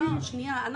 אנחנו